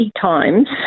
times